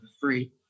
free